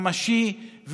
ממשי,